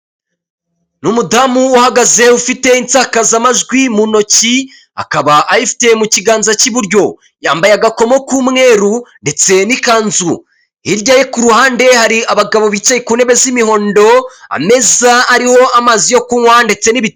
Ni umudamu uhagaze ufite insakazamajwi mu ntoki akaba ayifite mu kiganza cy'iburyo, yambaye agakomo k'umweru ndetse n'ikanzu, hirya ye ku ruhande hari abagabo bicaye ku ntebe z'imihondo ameza ariho amazi yo kunywa ndetse n'ibi.